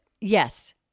yes